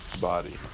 body